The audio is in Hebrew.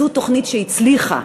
זו תוכנית שהצליחה.